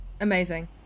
Amazing